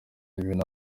ibintu